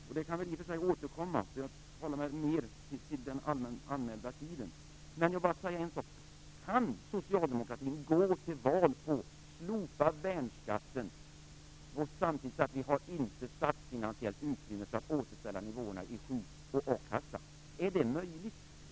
Jag kan i och för sig återkomma till det och mer hålla mig till den anmälda taletiden. Men jag vill bara säga en sak. Kan Socialdemokraterna gå till val på slopad värnskatt och samtidigt säga att vi inte har statsfinansiellt utrymme för att återställa nivåerna i sjuk och a-kassa? Är det möjligt?